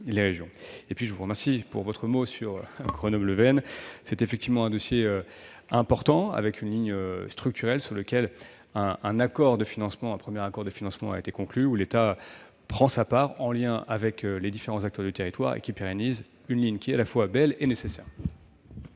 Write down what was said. Enfin, je vous remercie de votre mot sur Grenoble-Veynes. C'est effectivement un dossier important, car il s'agit d'une ligne structurante, sur laquelle un premier accord de financement a été conclu. L'État prendra sa part, en lien avec les différents acteurs du territoire, pour pérenniser une ligne qui est à la fois belle et nécessaire.